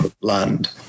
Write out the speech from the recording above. land